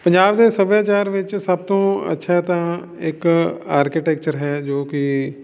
ਪੰਜਾਬ ਦੇ ਸੱਭਿਆਚਾਰ ਵਿੱਚ ਸਭ ਤੋਂ ਅੱਛਾ ਤਾਂ ਇੱਕ ਆਰਕੀਟੈਕਚਰ ਹੈ ਜੋ ਕਿ